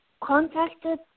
contacted